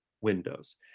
windows